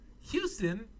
Houston